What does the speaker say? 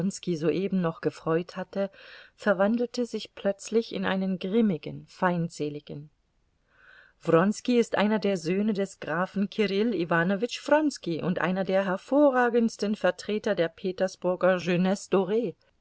soeben noch gefreut hatte verwandelte sich plötzlich in einen grimmigen feindseligen wronski ist einer der söhne des grafen kirill iwanowitsch wronski und einer der hervorragendsten vertreter der petersburger jeunesse dore